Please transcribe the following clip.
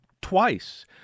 twice